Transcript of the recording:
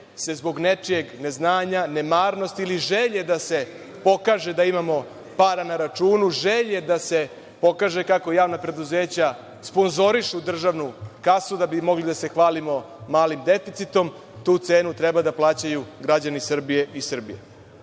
se zbog nečijeg neznanja, nemarnosti, ili želje da se pokaže da imamo para na računu, želje da se pokaže kako javna preduzeća sponzorišu državnu kasu da bi mogli da se hvalimo malim deficitom, tu cenu treba da plaćaju građani Srbije iz Srbije. Dakle,